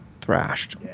thrashed